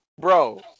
Bro